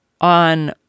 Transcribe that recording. on